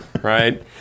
Right